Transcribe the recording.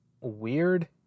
weird